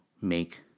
make